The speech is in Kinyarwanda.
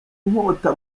inkota